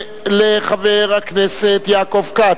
קובע שהצעת חוק הכנסת (תיקון,